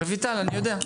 רויטל, אני יודע.